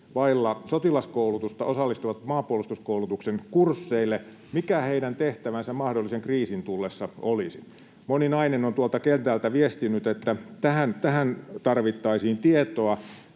vailla sotilaskoulutusta osallistuvat maanpuolustuskoulutuksen kursseille: mikä heidän tehtävänsä mahdollisen kriisin tullessa olisi? Moni nainen on tuolta kentältä viestinyt, että tähän tarvittaisiin tietoa,